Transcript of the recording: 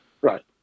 Right